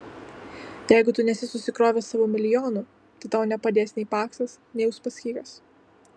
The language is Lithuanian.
jeigu tu nesi susikrovęs savo milijonų tai tau nepadės nei paksas nei uspaskichas